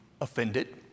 offended